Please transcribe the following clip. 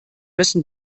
müssen